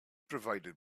provided